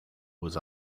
was